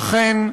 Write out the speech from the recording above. ואכן,